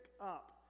up